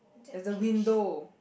there's the window